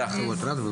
הישיבה נעולה.